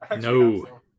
no